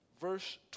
verse